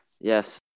Yes